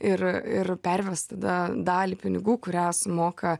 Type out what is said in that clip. ir ir perves tada dalį pinigų kurią sumoka